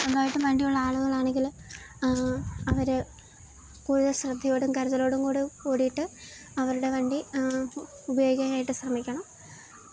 സ്വന്തമായിട്ടും വണ്ടിയുള്ള ആളുകളാണെങ്കിൽ അവർ കടെ ശ്രദ്ധയോടും കരുതലോടും കൂടി കൂടിയിട്ട് അവരുടെ വണ്ടി ഉപയോഗിക്കാനായിട്ട് ശ്രമിക്കണം